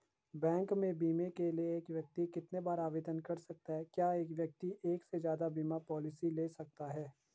Bank में बीमे के लिए एक व्यक्ति कितनी बार आवेदन कर सकता है क्या एक व्यक्ति एक से ज़्यादा बीमा पॉलिसी ले सकता है?